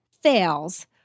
fails